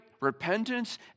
repentance